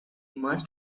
must